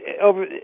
over